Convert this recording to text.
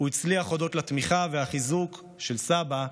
הוא הצליח הודות לתמיכה והחיזוק של סבא,